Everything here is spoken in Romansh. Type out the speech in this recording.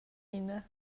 ina